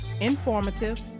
informative